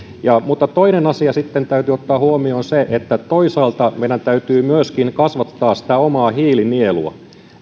mutta toisena asiana sitten täytyy ottaa huomioon se että toisaalta meidän täytyy myöskin kasvattaa sitä omaa hiilinielua